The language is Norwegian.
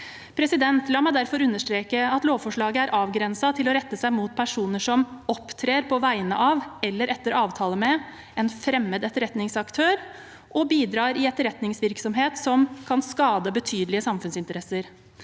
La meg derfor understreke at lovforslaget er avgrenset til å rette seg mot personer som opptrer på vegne av eller etter avtale med en fremmed etterretningsaktør og bidrar i etterretningsvirksomhet som kan skade betydelige samfunnsinteresser.